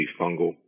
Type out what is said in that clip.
fungal